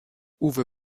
uwe